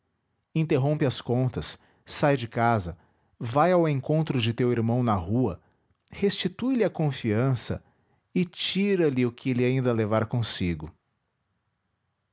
interrompe as contas sai de casa vai ao encontro de teu irmão na rua restitui lhe a confiança e tira lhe o que ele ainda levar consigo